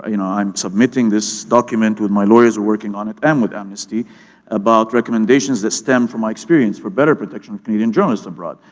you know i'm submitting this document with my lawyer's are working on it and with amnesty about recommendations that stem from experience for better protection of canadian journalist abroad.